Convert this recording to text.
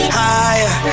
higher